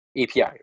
API